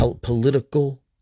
Political